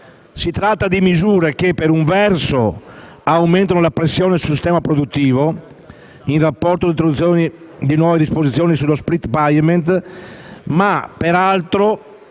Si tratta di misure che per un verso aumentano la pressione sul sistema produttivo in rapporto all'introduzione di nuove disposizioni sullo *split payment*, ma che peraltro